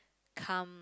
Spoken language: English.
come